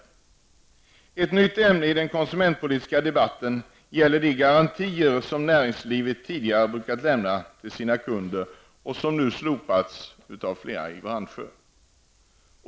Ett nytt ämne i den konsumentpolitiska debatten gäller de garantier som näringslivet tidigare brukat lämna till sina kunder och som nu slopats av flera branscher.